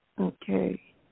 Okay